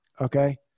okay